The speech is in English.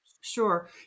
sure